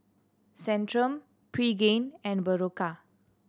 Centrum Pregain and Berocca